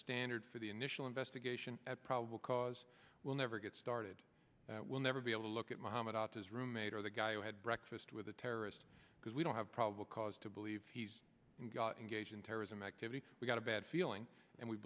standard for the initial investigation at probable cause we'll never get started we'll never be able to look at mohammed out his roommate or the guy who had breakfast with a terrorist because we don't have probable cause to believe he's got engaged in terrorism activity we've got a bad feeling and we